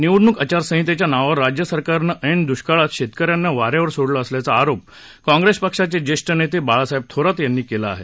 निवडणुक आचार संहितेच्या नावावर राज्य सरकारनं ऐन दृष्काळात शेतकऱ्यांना वाऱ्यावर सोडलं असल्याचा आरोप काँग्रेस पक्षाचे जेष्ठ नेते बाळासाहेब थोरात यांनी केला आहे